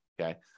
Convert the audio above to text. Okay